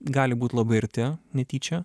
gali būt labai arti netyčia